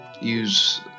use